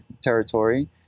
territory